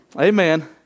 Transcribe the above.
Amen